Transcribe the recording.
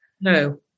No